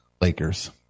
Lakers